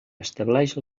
estableix